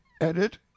edit